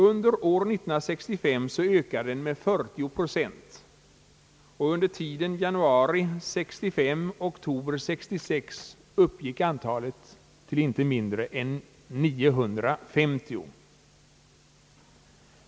Under år 1965 ökade den med 40 procent, och under tiden januari 1965— oktober 1966 uppgick antalet till inte mindre än 950.